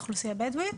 האוכלוסייה הבדואית?